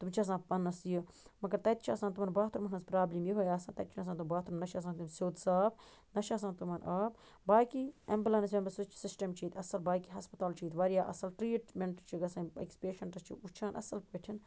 تم چھِ آسان پانس یہِ مگر تَتہِ چھُ آسان تِمن باتھروٗمن ہٕنٛز پرٛابلِم یِہٕے آسان تَتہِ چھُ نہٕ آسان تمن باتھروٗم نہ چھِ آسان تم سیٚود صاف نہ چھِ آسان تٔمن آب باقٕے ایٚمبٕلنس ویٚمبلنس سُہ سُہ سِشٹم چھُ ییٚتہِ اَصٕل باقٕے ہسپتال چھُ ییٚتہِ وارِیاہ اَصٕل ٹریٖمیٚنٹ تہِ چھُ گژھان أکِس پیٚشنٹس چھُ وٕچھان اَصٕل پٲٹھۍ